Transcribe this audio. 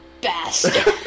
bastard